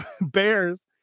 bears